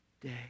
day